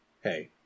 hey